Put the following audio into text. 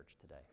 today